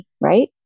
right